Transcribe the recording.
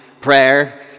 Prayer